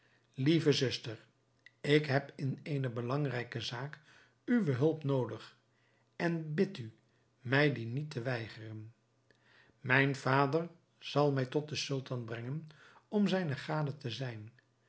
lieve zuster ik heb in eene belangrijke zaak uwe hulp noodig en bid u mij die niet te weigeren mijn vader zal mij tot den sultan brengen om zijne gade te zijn